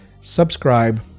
subscribe